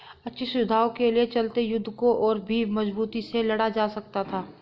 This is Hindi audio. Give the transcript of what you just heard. अच्छी सुविधाओं के चलते युद्ध को और भी मजबूती से लड़ा जा सकता था